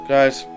Guys